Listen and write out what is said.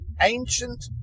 ancient